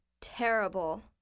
Terrible